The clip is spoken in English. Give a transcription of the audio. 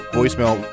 Voicemail